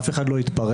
אף אחד לא התפרץ.